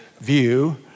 view